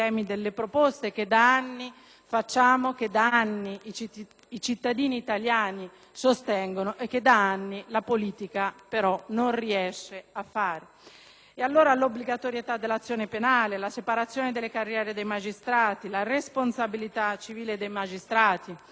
facciamo, che da anni i cittadini italiani sostengono e che da anni la politica però non riesce ad affrontare: l'obbligatorietà dell'azione penale, la separazione delle carriere dei magistrati, la responsabilità civile dei magistrati (*referendum* Tortora